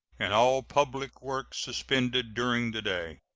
and all public work suspended during the day.